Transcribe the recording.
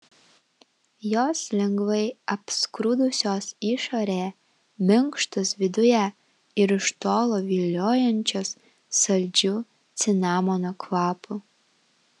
jos lengvai apskrudusios išorėje minkštos viduje ir iš tolo viliojančios saldžiu cinamono kvapu